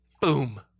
boom